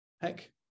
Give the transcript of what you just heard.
heck